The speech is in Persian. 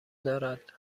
دارد